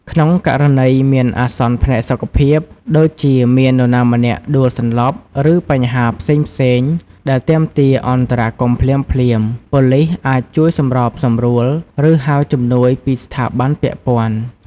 ក្នុងករណីមានអាសន្នផ្នែកសុខភាព ដូចជាមាននរណាម្នាក់ដួលសន្លប់ ឬបញ្ហាផ្សេងៗដែលទាមទារអន្តរាគមន៍ភ្លាមៗ ប៉ូលីសអាចជួយសម្របសម្រួល ឬហៅជំនួយពីស្ថាប័នពាក់ព័ន្ធ។